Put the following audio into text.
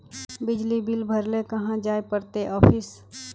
बिजली बिल भरे ले कहाँ जाय पड़ते ऑफिस?